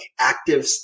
active